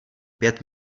pět